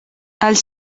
els